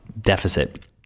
deficit